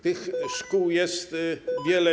Tych szkół jest wiele.